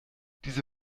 diese